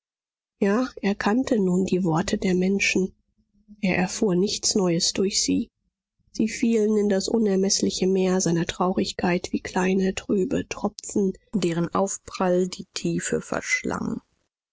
ja er kannte nun die worte der menschen er erfuhr nichts neues durch sie sie fielen in das unermeßliche meer seiner traurigkeit wie kleine trübe tropfen deren aufschall die tiefe verschlang